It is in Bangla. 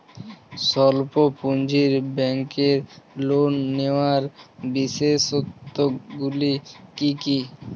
স্বল্প পুঁজির ব্যাংকের লোন নেওয়ার বিশেষত্বগুলি কী কী?